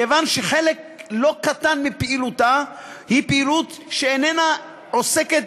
כיוון שחלק לא קטן מפעילותה היא פעילות שאיננה עוסקת,